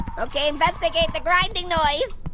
okay, investigate the grinding noise.